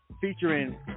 featuring